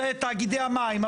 זה תאגידי המים,